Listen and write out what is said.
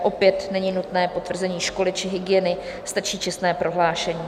Opět není nutné potvrzení školy či hygieny, stačí čestné prohlášení.